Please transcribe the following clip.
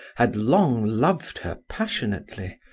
had long loved her passionately,